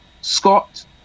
Scott